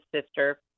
sister